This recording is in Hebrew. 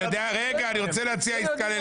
אני מבקש להתייחס אם הם ימשכו את זה,